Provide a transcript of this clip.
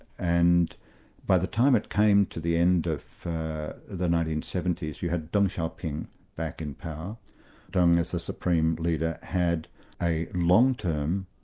and by the time it came to the end of the nineteen seventy s, you had deng xiaoping back in power deng as the supreme leader had a long-term,